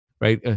Right